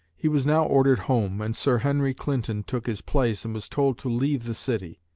he was now ordered home and sir henry clinton took his place and was told to leave the city.